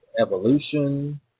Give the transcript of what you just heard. evolution